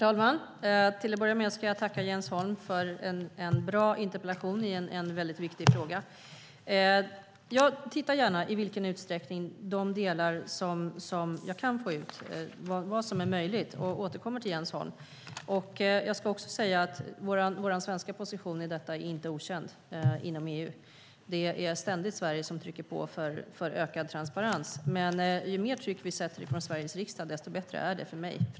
Herr talman! Jag tackar Jens Holm för en bra interpellation i en viktig fråga. Jag tittar gärna på om det är möjligt att få ut några delar och återkommer till Jens Holm. Vår svenska position i detta är inte okänd inom EU. Sverige trycker ständigt på för ökad transparens, och ju mer tryck som sätts från Sveriges riksdag, desto bättre är det för mig.